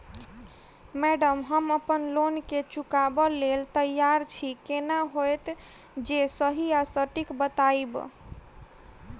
Madam हम अप्पन loan केँ चुकाबऽ लैल तैयार छी केना हएत जे सही आ सटिक बताइब?